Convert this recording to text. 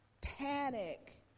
panic